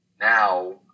Now